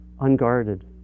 unguarded